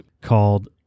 called